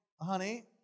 honey